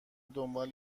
دنبال